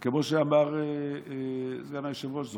כמו שאמר סגן היושב-ראש.